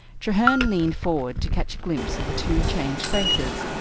treherne leaned forward to catch a glimpse of the two changed faces,